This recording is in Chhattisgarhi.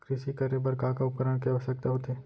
कृषि करे बर का का उपकरण के आवश्यकता होथे?